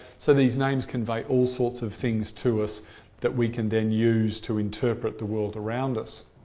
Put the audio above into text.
so these names convey all sorts of things to us that we can then use to interpret the world around us.